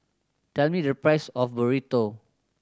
tell me the price of Burrito